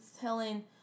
telling